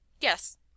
Yes